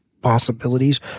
possibilities